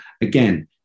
Again